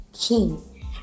king